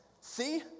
see